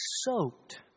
soaked